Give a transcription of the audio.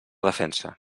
defensa